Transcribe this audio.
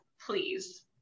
please